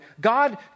God